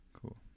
Cool